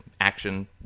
action